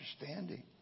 understanding